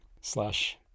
slash